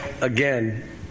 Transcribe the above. again